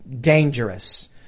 dangerous